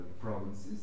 provinces